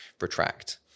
retract